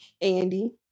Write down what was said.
Andy